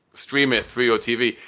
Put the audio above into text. stream it through your tv.